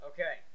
Okay